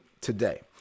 today